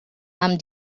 amb